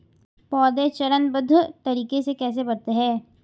पौधे चरणबद्ध तरीके से कैसे बढ़ते हैं?